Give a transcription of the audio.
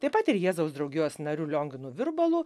taip pat ir jėzaus draugijos nariu lionginu virbalu